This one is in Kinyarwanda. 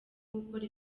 gukora